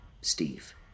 Steve